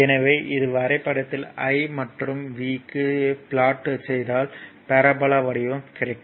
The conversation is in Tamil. எனவே இது வரைபடத்தில் I மற்றும் V க்கு ப்லாட் செய்தால் பரபோலா வடிவம் கிடைக்கும்